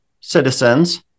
citizens